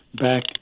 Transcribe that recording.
back